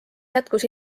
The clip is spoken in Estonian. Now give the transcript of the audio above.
jätkus